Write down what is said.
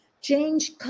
change